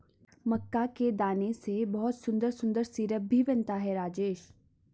मक्का के दाने से बहुत सुंदर सिरप भी बनता है राजेश